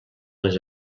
les